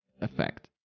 effect